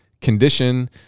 condition